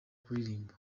kuririmba